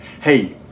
Hey